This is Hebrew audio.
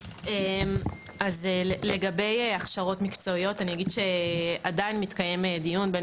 אז לגבי הכשרות מקצועיות אני אגיד שעדיין מתקיים דיון בין